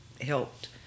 helped